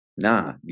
Nah